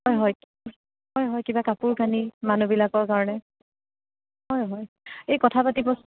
হয় হয় হয় হয় কিবা কাপোৰ কানি মানুহবিলাকৰ কাৰণে হয় হয় এই কথা পাতিবচোন